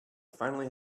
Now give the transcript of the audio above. finally